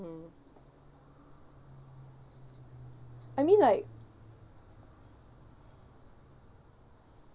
I mean like